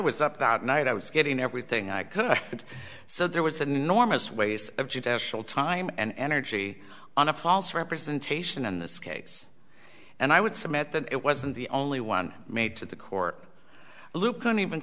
was up that night i was getting everything i could and so there was an enormous ways of judicial time and energy on a false representation in this case and i would submit that it wasn't the only one made to the court loop couldn't even